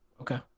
Okay